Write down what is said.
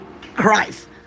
Christ